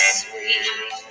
sweet